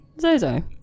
Zozo